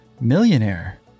MILLIONAIRE